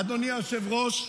אדוני היושב-ראש,